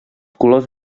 colors